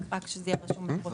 רק שזה יהיה רשום בפרוטוקול.